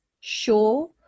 sure